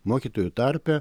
mokytojų tarpe